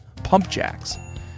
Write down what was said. pumpjacks